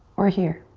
or here.